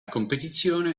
competizione